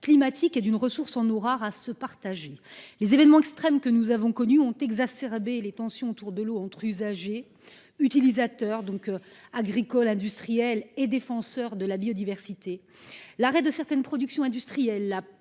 climatique et d'une ressource en eau rare et à se partager. Les événements extrêmes que nous avons connus ont exacerbé les tensions autour de l'eau entre utilisateurs agricoles et industriels, usagers et défenseurs de la biodiversité. L'arrêt de certaines productions industrielles,